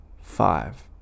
five